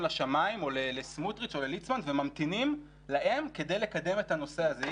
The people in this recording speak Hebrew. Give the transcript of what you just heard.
לשמיים או לסמוטריץ' או לליצמן וממתינים להם כדי לקדם את הנושא הזה.